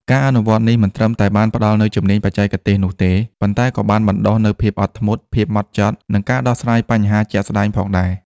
ការអនុវត្តន៍នេះមិនត្រឹមតែបានផ្តល់នូវជំនាញបច្ចេកទេសនោះទេ ប៉ុន្តែក៏បានបណ្តុះនូវភាពអត់ធ្មត់ ភាពហ្មត់ចត់ និងការដោះស្រាយបញ្ហាជាក់ស្តែងផងដែរ។